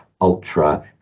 Ultra